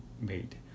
made